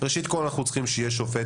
ראשית, אנחנו צריכים שיהיה שופט